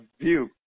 view